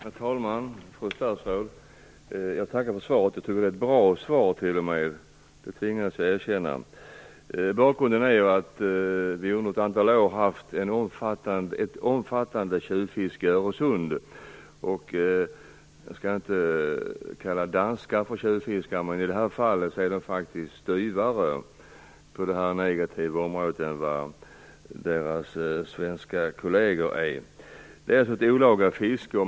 Herr talman! Fru statsråd! Jag tackar för svaret. Jag tycker t.o.m. att det är ett bra svar; det tvingas jag erkänna. Bakgrunden är ju att vi under ett antal år har haft ett omfattande tjuvfiske i Öresund. Jag skall inte kalla danskar för tjuvfiskare, men i det här fallet är de faktiskt dyrare på det här negativa området än vad deras svenska kolleger är. Det är alltså ett olaga fiske.